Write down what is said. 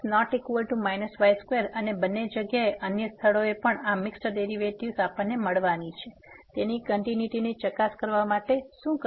તેથી x≠ y2 અને બંને જગ્યાએ અન્ય સ્થળોએ પણ આ મિક્સ્ડ ડેરિવેટિવ્ઝ આપણને મેળવવાની છે તેની કંટીન્યુટી ને ચકાસવા માટે શું કરવું જોઈએ